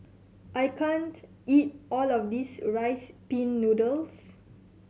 I can't eat all of this Rice Pin Noodles